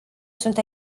sunt